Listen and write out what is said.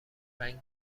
رنگ